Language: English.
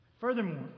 Furthermore